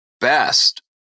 best